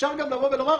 אפשר גם לבוא ולומר,